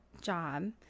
job